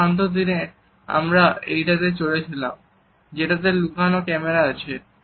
একটা শান্ত দিনে আমরা এইটাতে চড়ে ছিলাম যেটাতে লুকানো ক্যামেরা আছে